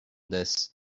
this